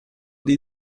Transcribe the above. did